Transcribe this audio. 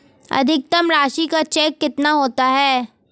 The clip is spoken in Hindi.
अधिकतम राशि का चेक कितना होता है?